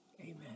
amen